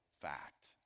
fact